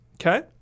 Okay